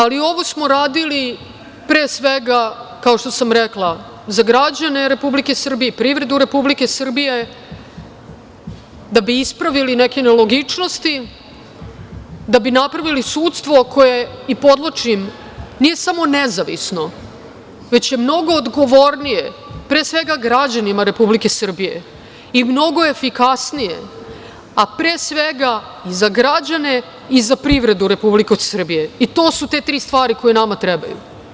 Ali, ovo smo radili, pre svega, kao što sam rekla, za građane Republike Srbije i privredu Republike Srbije da bi ispravili neke nelogičnosti, da bi napravili sudstvo koje i podvlačim, nije samo nezavisno, već je mnogo odgovornije, pre svega građanima Republike Srbije i mnogo je efikasnije, a pre svega i za građane i za privredu Republike Srbije i to su te tri stvari koje nama trebaju.